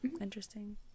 Interesting